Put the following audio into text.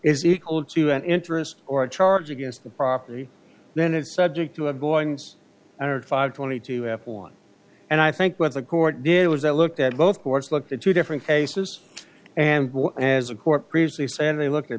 is equal to an interest or a charge against the property then it's subject to have goings on at five twenty two f one and i think what the court did was that looked at both courts looked at two different cases and as a court previously said they look